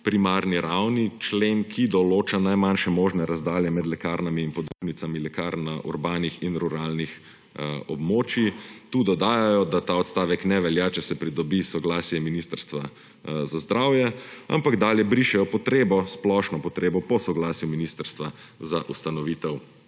primarni ravni, člen, ki določa najmanjše možne razdalje med lekarnami in podružnicami lekarn na urbanih in ruralnih območjih. Tu dodajajo, da ta odstavek ne velja, če se pridobi soglasje Ministrstva za zdravje, ampak dalje brišejo potrebo, splošno potrebo po soglasju ministrstva za ustanovitev